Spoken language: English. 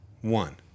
One